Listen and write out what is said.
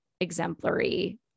exemplary